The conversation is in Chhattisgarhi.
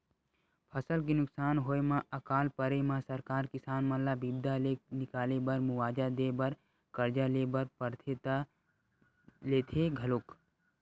फसल के नुकसान होय म अकाल परे म सरकार किसान मन ल बिपदा ले निकाले बर मुवाजा देय बर करजा ले बर परथे त लेथे घलोक